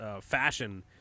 fashion